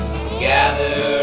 Gather